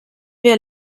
wir